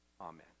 Amen